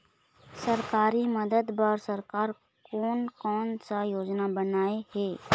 सरकारी मदद बर सरकार कोन कौन सा योजना बनाए हे?